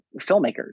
filmmakers